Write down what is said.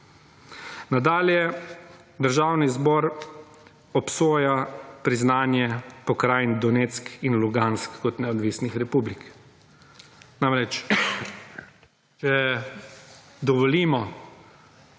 Nadalje Državni zbor obsoja priznanje pokrajin Donetsk in Lugansk kot neodvisnih republik. Namreč, če dovolimo,